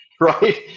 Right